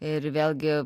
ir vėlgi